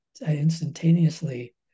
instantaneously